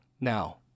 Now